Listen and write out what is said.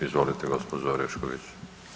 Izvolite gospođo Orešković.